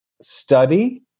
study